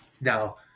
Now